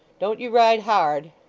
don't you ride hard